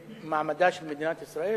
אחמד טיבי,